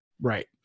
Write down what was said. Right